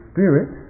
Spirit